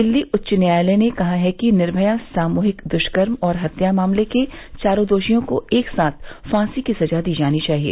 दिल्ली उच्च न्यायालय ने कहा है कि निर्मया सामूहिक दृष्कर्म और हत्या मामले के चारों दोषियों को एक साथ फांसी की सजा दी जानी चाहिए